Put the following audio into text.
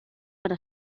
para